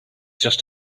just